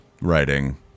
writing